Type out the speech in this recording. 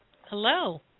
Hello